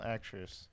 Actress